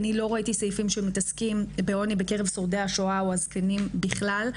אני לא ראיתי סעיפים שמתעסקים בעוני בקרב שורדי השואה או הזקנים בכלל.